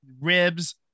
ribs